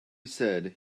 said